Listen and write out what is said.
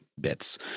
bits